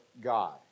God